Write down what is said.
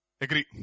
agree